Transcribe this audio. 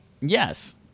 Yes